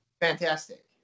fantastic